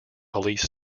police